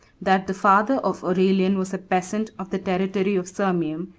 that the father of aurelian was a peasant of the territory of sirmium,